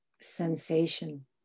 Sensation